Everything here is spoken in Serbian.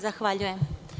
Zahvaljujem.